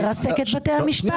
לרסק את בתי המשפט?